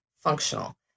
functional